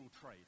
trade